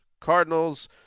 Cardinals